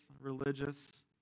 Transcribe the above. religious